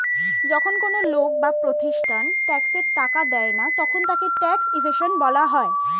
যখন কোন লোক বা প্রতিষ্ঠান ট্যাক্সের টাকা দেয় না তখন তাকে ট্যাক্স ইভেশন বলা হয়